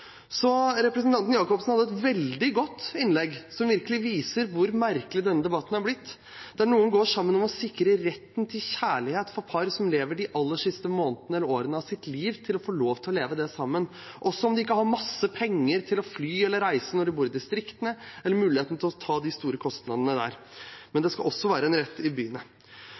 Så representanten Jacobsen hadde et veldig godt innlegg, som virkelig viser hvor merkelig denne debatten har blitt, der noen går sammen om å sikre par som lever de aller siste månedene eller årene av sitt liv, retten til å få lov til å leve det sammen, retten til kjærlighet, også om de ikke har masse penger til å fly eller reise når de bor i distriktene, eller muligheten til å ta de store kostnadene der. Men det skal også være en rett i byene.